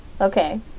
Okay